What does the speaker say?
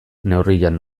neurrian